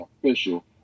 official